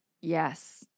yes